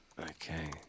okay